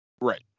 Right